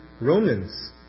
Romans